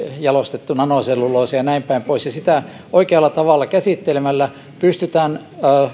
jalostettuna nanoselluloosa ja näin päin pois sitä oikealla tavalla käsittelemällä pystytään